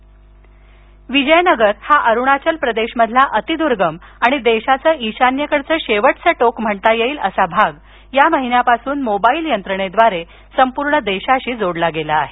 विजयनगर विजयनगर हा अरुणाचल प्रदेशमधील अतिर्दुर्गम आणि देशाचे ईशान्येकडील शेवटचे टोक म्हणता येईल असा भाग या महिन्यापासून मोबाईल यंत्रणेद्वारे संपूर्ण देशाशी जोडला गेला आहे